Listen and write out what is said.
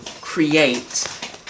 create